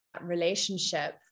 relationship